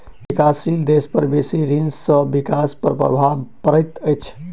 विकासशील देश पर बेसी ऋण सॅ विकास पर प्रभाव पड़ैत अछि